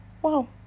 Wow